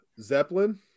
Zeppelin